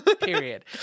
Period